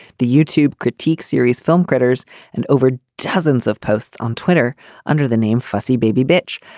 the youtube critique series film critters and over dozens of posts on twitter under the name fussy baby bitch.